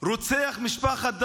רוצח משפחת דוואבשה,